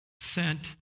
sent